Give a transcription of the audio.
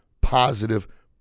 positive